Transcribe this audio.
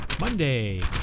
Monday